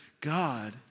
God